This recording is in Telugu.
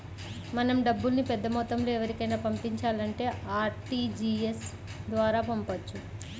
మనం డబ్బుల్ని పెద్దమొత్తంలో ఎవరికైనా పంపించాలంటే ఆర్టీజీయస్ ద్వారా పంపొచ్చు